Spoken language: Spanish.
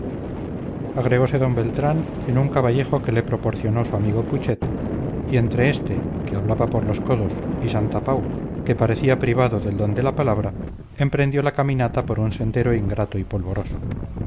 camino agregose d beltrán en un caballejo que le proporcionó su amigo putxet y entre este que hablaba por los codos y santapau que parecía privado del don de la palabra emprendió la caminata por un sendero ingrato y polvoroso